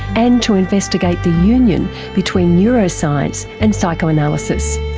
and to investigate the union between neuroscience and psychoanalysis,